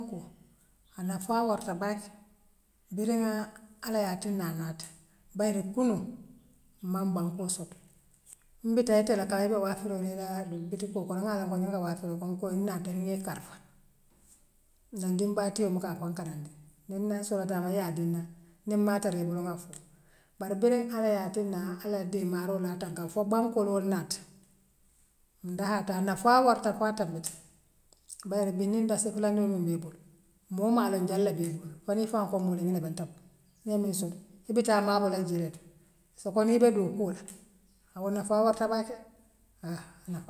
A nafaa warta baake biriŋ aa allah yaa tin'naa anaati bare kunuŋ man bankoo soto mbitaa itela kaa ibe waafiroo la ilaa bitikoo kono ŋaa loŋ ko ňiŋ lebe waafiroo kommu nkoo n'naata niŋ ŋee karafa nan dimbaa tiyoo mbukaa afaŋ karandi niŋ naa soolatala yaa dinna niŋ maa tara ibulu ŋaa fole bare biriŋ allaah yaa tinnaa allah yaa teemaaroolaa tanka foo bankoolool naati ndahaa ta a nafaa warta foo a tambita bare bii ňiŋ dassi fulandiŋ muŋ bee mbulu moo maŋ loŋ jelu lebe mbulu foo nii nfaŋoo ko moole ňiŋ lebe nte bulu yee miin soto ibetaa a maaboo la jelito soko ni ibe dookoola ha woo naafaa warta baake de haa.